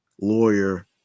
lawyer